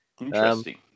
Interesting